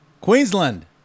Queensland